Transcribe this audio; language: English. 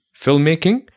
filmmaking